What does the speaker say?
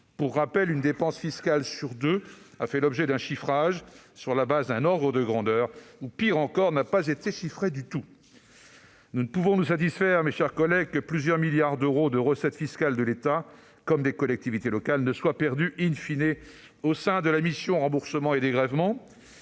Pour rappel, une dépense fiscale sur deux a fait l'objet d'un chiffrage sur la base d'un « ordre de grandeur » ou, pire encore, n'a pas été chiffrée du tout ! Nous ne pouvons nous satisfaire que plusieurs milliards d'euros de recettes fiscales de l'État comme des collectivités locales soient perdus au sein de la mission « Remboursements et dégrèvements